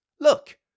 Look